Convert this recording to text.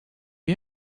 you